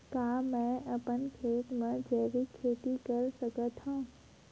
का मैं अपन खेत म जैविक खेती कर सकत हंव?